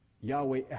Yahweh